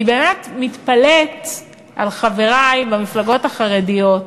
אני באמת מתפלאת על חברי במפלגות החרדיות,